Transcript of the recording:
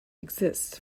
exists